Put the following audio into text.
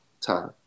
time